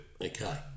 Okay